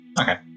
Okay